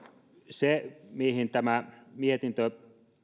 se mihin tämä mietintö